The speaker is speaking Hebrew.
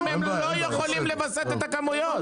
אתם רוצים את האיזונים?